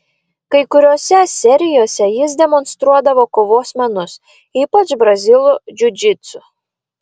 kai kuriose serijose jis demonstruodavo kovos menus ypač brazilų džiudžitsu